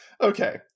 Okay